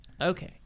Okay